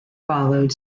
followed